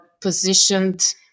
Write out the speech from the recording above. positioned